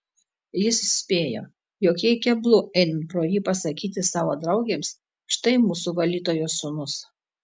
jis spėjo jog jai keblu einant pro jį pasakyti savo draugėms štai mūsų valytojos sūnus